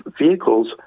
vehicles